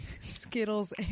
Skittles